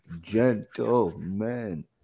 gentlemen